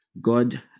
God